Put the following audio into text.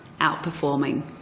outperforming